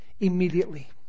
immediately